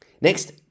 Next